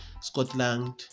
Scotland